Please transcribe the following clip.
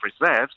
reserves